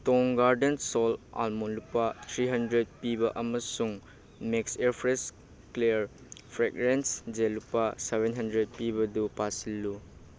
ꯇꯣꯡ garden salt almond ꯂꯨꯄꯥ three hundred ꯄꯤꯕ ꯑꯃꯁꯨꯡ max air fresh clear fragrance gel ꯂꯨꯄꯥ ꯁꯚꯦꯟ ꯍꯟꯗ꯭ꯔꯦꯠ ꯄꯤꯕꯗꯨ ꯄꯥꯁꯤꯜꯂꯨ